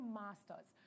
masters